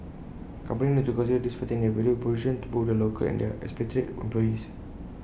companies need to consider these factors in their value proposition to both their local and their expatriate employees